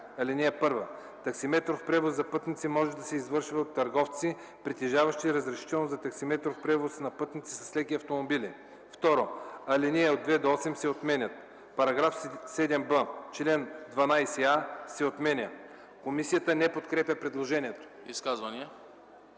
„(1) Таксиметров превоз на пътници може да се извърши от търговци, притежаващи разрешително за таксиметров превоз на пътници с леки автомобили.” 2. Алинеи 2-8 се отменят. § 7б. Член 12а се отменя.” Комисията не подкрепя предложението. ПРЕДСЕДАТЕЛ